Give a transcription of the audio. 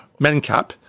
Mencap